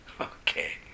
Okay